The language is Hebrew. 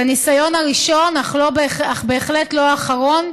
בניסיון הראשון, אך בהחלט לא האחרון,